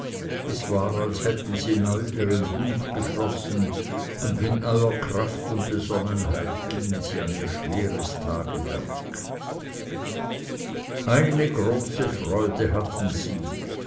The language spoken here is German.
es war als hätten sie neu ihren bund geschlossen und mit neuer kraft und besonnenheit gingen sie an ihr schweres tagewerk eine große freude hatten sie